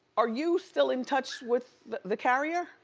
are you still in touch with the carrier?